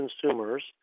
consumers